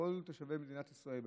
כל תושבי מדינת ישראל,